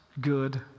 good